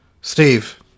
Steve